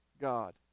God